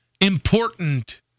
important